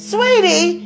Sweetie